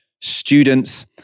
students